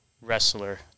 wrestler